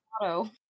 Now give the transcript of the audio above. auto